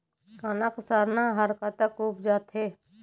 कनक सरना हर कतक उपजथे?